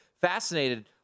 fascinated